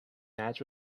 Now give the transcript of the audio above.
match